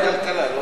כלכלה.